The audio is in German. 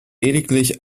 lediglich